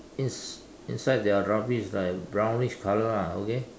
ins~ inside there are rubbish like brownish colour ah okay